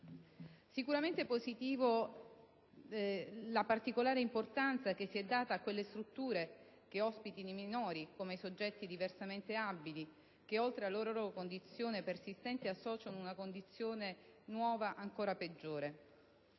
disponiamo. È positiva la particolare rilevanza che si è data a quelle strutture che ospitano i minori, così come i soggetti diversamente abili, che alla loro condizione persistente associano una condizione nuova ancora peggiore.